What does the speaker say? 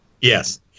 Yes